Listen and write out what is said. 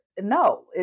no